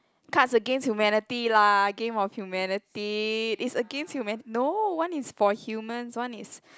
cards against humanity lah game of humanity is against humani~ no one is for human one is